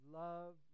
love